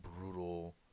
brutal